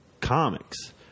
comics